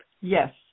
Yes